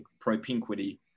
propinquity